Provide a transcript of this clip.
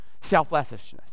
Selflessness